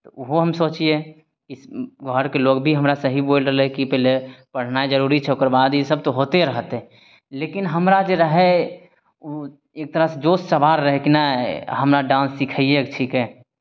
ओहो हम सोचियै कि घरके लोक भी हमरा सही बोलि रहलै कि पहिले पढ़नाइ जरूरी छै ओकर बाद इसभ तऽ होइते रहतै लेकिन हमरा जे रहय ओ एक तरहसँ जोश सवार रहय कि नहि हमरा डान्स सिखैएके छिकै